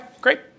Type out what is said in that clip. great